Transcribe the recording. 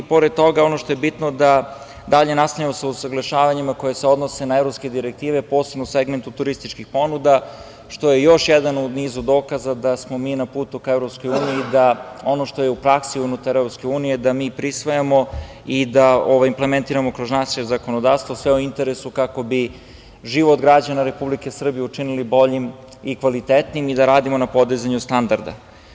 Pored toga, ono što je bitno da dalje nastavljamo sa usaglašavanjima koja se odnose na evropske direktive, posebno u segmentu turističkih ponuda što je još jedan u nizu dokaza da smo mi na putu ka EU i da ono što je u praksi unutar EU da mi prisvajamo i da implementiramo kroz naše zakonodavstvo, sve u interesu kako život građana Republike Srbije učinili boljim i kvalitetnijim i da radimo na podizanju standarda.